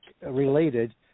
related